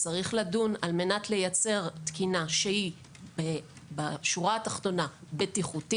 צריך לדון על מנת לייצר בשורה הראשונה תקינה שהיא בטיחותית